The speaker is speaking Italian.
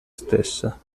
stessa